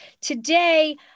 Today